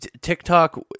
TikTok